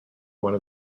one